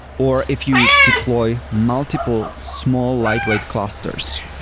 or if you deploy multiple small lightweight clusters.